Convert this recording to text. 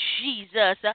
jesus